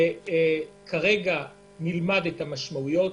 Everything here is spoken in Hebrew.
נלמד את המשמעויות,